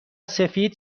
سفید